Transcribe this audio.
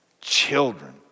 children